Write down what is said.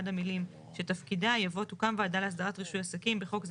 עד המילים "שתפקידה" יבוא "תוקם ועדה להסדרת רישוי עסקים בחוק זה